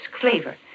flavor